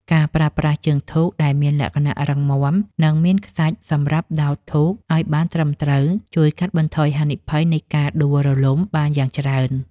ការប្រើប្រាស់ជើងធូបដែលមានលក្ខណៈរឹងមាំ និងមានខ្សាច់សម្រាប់ដោតធូបឱ្យបានត្រឹមត្រូវជួយកាត់បន្ថយហានិភ័យនៃការដួលរលំបានយ៉ាងច្រើន។